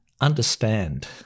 Understand